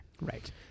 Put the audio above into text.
right